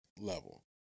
level